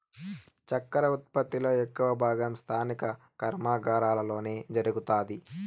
చక్కర ఉత్పత్తి లో ఎక్కువ భాగం స్థానిక కర్మాగారాలలోనే జరుగుతాది